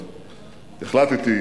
החלטתי,